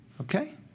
Okay